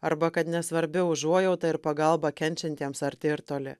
arba kad nesvarbi užuojauta ir pagalba kenčiantiems arti ar toli